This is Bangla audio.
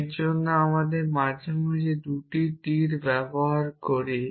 এর জন্য আমরা মাঝে মাঝে 2টি তীর ব্যবহার করি